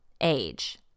Age